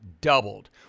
doubled